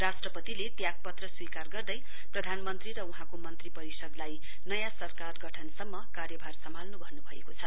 राष्ट्रपतिले त्याग पत्र स्वीकार गर्दै प्रधानमन्त्री र वहाँको मन्त्री परिषदलाई नयाँ सरकार गठन सम्म कार्यभार सम्हाल्नु भन्नुभएको छ